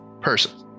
person